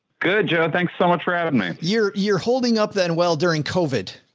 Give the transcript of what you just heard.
good, joe. thanks so much for having me. you're you're holding up then. well, during covid.